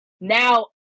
now